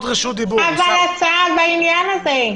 הצעה בעניין הזה.